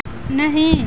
नहीं